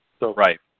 Right